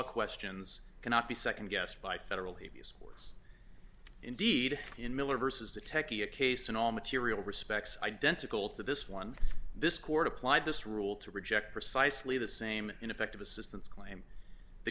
questions cannot be nd guessed by federal habeas indeed in miller vs the tekkie a case in all material respects identical to this one this court applied this rule to reject precisely the same ineffective assistance claim the